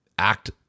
Act